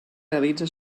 realitza